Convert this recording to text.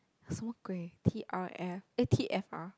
什么鬼 T_R_F eh t_f_r